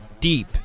deep